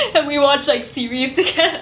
we watch like series together